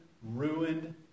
ruined